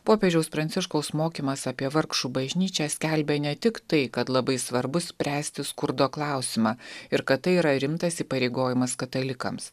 popiežiaus pranciškaus mokymas apie vargšų bažnyčią skelbia ne tik tai kad labai svarbu spręsti skurdo klausimą ir kad tai yra rimtas įpareigojimas katalikams